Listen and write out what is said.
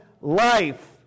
life